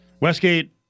Westgate